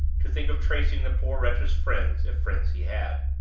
to think of tracing the poor wretch's friends, if friends he had.